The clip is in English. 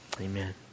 Amen